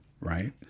Right